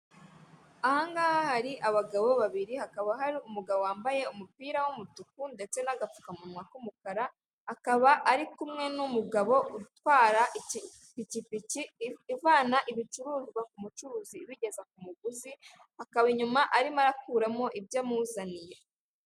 Ahangaha hari abagabo babiri hakaba hari umugabo wambaye umupira w'umutuku ndetse n'agapfukamunwa k'umukara akaba ari kumwe n'umugabo utwara ipikipiki, ivana ibicuruzwa ku mucuruzi ibigezwa ku muguzi akaba inyuma arimo arakuramo ibyo amuzaniye.